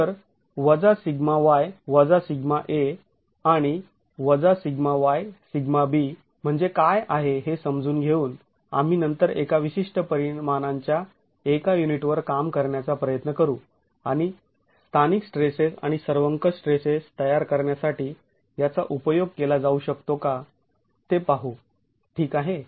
तर σy σa आणि σy σb म्हणजे काय आहे हे समजून घेऊन आम्ही नंतर एका विशिष्ट परिमाणांच्या एका युनिटवर काम करण्याचा प्रयत्न करू आणि स्थानिक स्ट्रेसेस आणि सर्वंकष स्ट्रेसेस तयार करण्यासाठी याचा उपयोग केला जाऊ शकतो का ते पाहू ठीक आहे